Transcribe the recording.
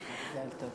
מזל טוב.